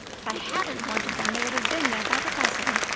if i hadn't wanted them they would have been there by the dozen.